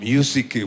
Music